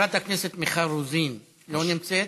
חברת הכנסת מיכל רוזין, לא נמצאת.